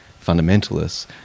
fundamentalists